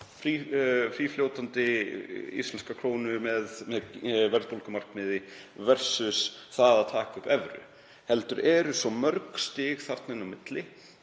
frífljótandi íslenska krónu með verðbólgumarkmiði versus það að taka upp evru heldur eru svo mörg stig þarna inn á milli,